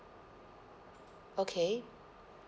okay